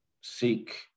seek